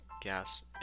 gas